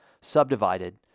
subdivided